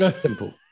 Simple